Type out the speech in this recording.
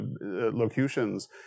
locutions